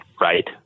Right